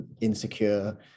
insecure